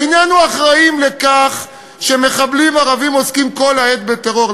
איננו אחראים לכך שמחבלים ערבים עוסקים כל העת בטרור,